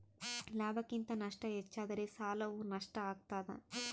ಲಾಭಕ್ಕಿಂತ ನಷ್ಟ ಹೆಚ್ಚಾದರೆ ಸಾಲವು ನಷ್ಟ ಆಗ್ತಾದ